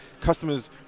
customers